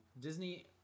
Disney